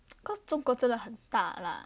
cause 中国真的很大啦